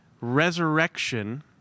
resurrection